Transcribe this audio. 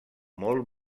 molt